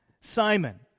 Simon